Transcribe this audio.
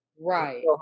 Right